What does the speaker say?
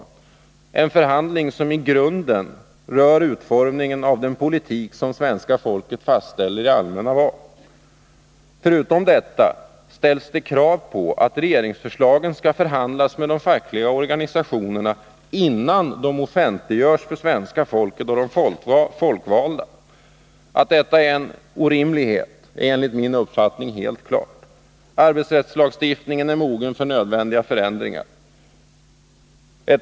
Det blir en förhandling som i grunden rör utformningen av den politik som svenska folket fastställer i allmänna val. Dessutom ställs det krav på att regeringsförslagen skall vara föremål för förhandling med de fackliga organisationerna innan de offentliggörs för svenska folket och de folkvalda. Att detta är en orimlighet är enligt min uppfattning helt klart. Arbetsrättslagstiftningen är mogen för förändringar.